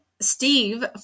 steve